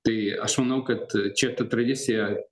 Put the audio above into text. tai aš manau kad čia ta tradicija